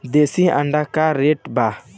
देशी अंडा का रेट बा?